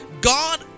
God